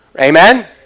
Amen